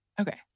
Okay